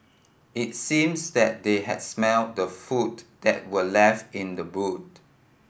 it seems that they had smelt the food that were left in the boot